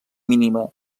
mínima